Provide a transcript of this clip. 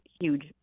huge